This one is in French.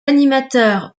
animateurs